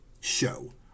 show